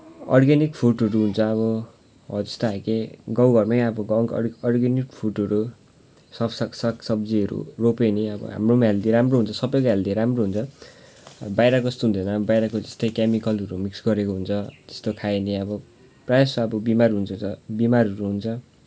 organic फुडहरू हुन्छ अब हो त्यस्तै खालकै गाउँघरमै अब गाउँ अर्ग्यानिक फुडहरू सब साग सागसब्जीहरू रोपे पनि अब हाम्रोमा हेल्दी राम्रो हुन्छ सबैको हेल्दी राम्रो हुन्छ अब बाहिरको जस्तो हुँदैन बाहिरको जस्तै केमिकलहरू मिक्स गरेको हुन्छ त्यस्तो खायो भने अब प्रायःजस्तो अब बिमार हुन्छ छ बिमारहरू हुन्छ